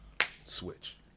switch